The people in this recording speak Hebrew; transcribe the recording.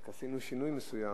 רק עשינו שינוי מסוים.